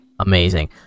Amazing